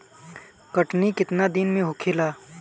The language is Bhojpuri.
कटनी केतना दिन में होखेला?